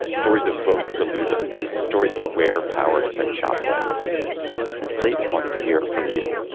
stories of votes diluted and stories about where power has been chopped down and slate wants to hear from you.